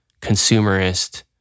consumerist